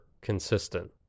consistent